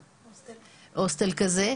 להוסטל,